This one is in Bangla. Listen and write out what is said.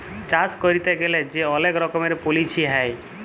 চাষ ক্যইরতে গ্যালে যে অলেক রকমের পলিছি হ্যয়